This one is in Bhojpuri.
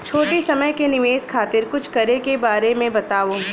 छोटी समय के निवेश खातिर कुछ करे के बारे मे बताव?